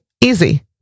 easy